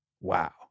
wow